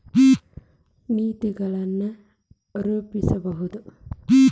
ನೇತಿಗಳನ್ ರೂಪಸ್ಬಹುದು